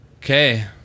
Okay